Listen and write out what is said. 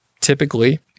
typically